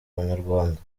abanyarwanda